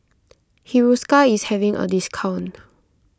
Hiruscar is having a discount